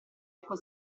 alcun